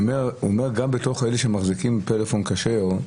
הוא אומר שגם בתוך אלה שמחזיקים טלפון כשר,